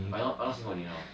I I not saying for only now